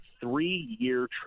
three-year